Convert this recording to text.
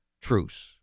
truce